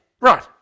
Right